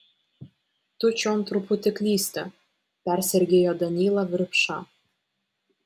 tu čion truputį klysti persergėjo danylą virpša